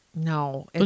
No